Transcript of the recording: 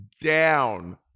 down